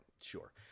sure